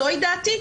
זוהי דעתי.